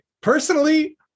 Personally